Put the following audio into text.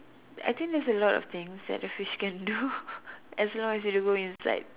I think there's a lot of things that a fish can do as long as you don't go inside